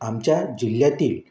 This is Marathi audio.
आमच्या जिल्ह्यातील